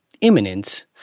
imminent